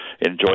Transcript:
enjoy